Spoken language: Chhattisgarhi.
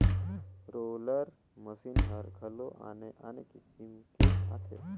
रोलर मसीन हर घलो आने आने किसम के आथे